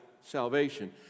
salvation